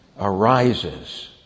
arises